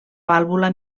vàlvula